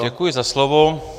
Děkuji za slovo.